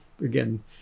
again